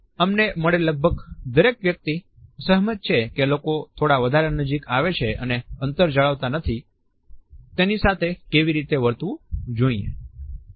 અમને મળેલ લગભગ દરેક વ્યક્તિ સહમત છે કે જે લોકો થોડા વધારે નજીક આવે છે અને અંતર જળવાતા નથી તેની સાથે કેવી રીતે વર્તવું જોઈએ